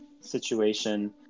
situation